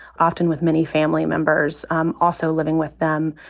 often with many family members, um also living with them.